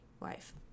life